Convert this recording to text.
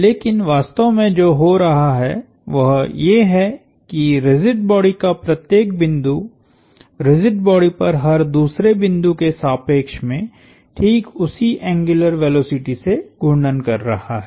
लेकिन वास्तव में जो हो रहा है वह ये है कि रिजिड बॉडी का प्रत्येक बिंदु रिजिड बॉडी पर हर दूसरे बिंदु के सापेक्ष में ठीक उसी एंग्युलर वेलोसिटी से घूर्णन कर रहा है